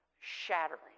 shattering